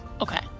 Okay